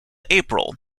april